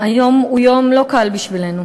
שהיום הוא יום לא קל בשבילנו.